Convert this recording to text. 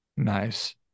nice